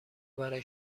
برای